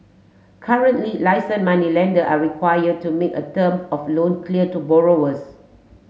currently licensed moneylender are required to make a term of loan clear to borrowers